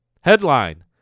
Headline